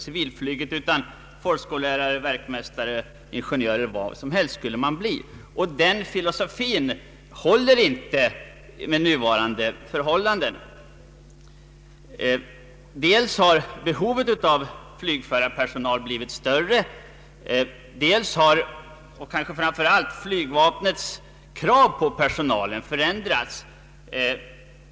Fältflygarna fick i stället tänka sig en annan utbildning: till folkskollärare, verkmästare, ingenjörer m. m, Denna filosofi håller inte under nuvarande förhållanden. Dels har behovet av flygpersonal förändrats, dels har — kanske framför allt — flygvapnets krav på personalen förändrats.